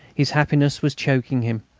his happiness was choking him.